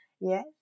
Yes